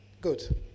Good